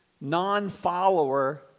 non-follower